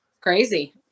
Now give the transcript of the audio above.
crazy